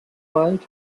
wald